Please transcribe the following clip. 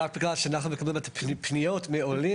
רק בגלל שאנחנו מקבלים את הפניות מעולים,